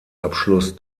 abschluss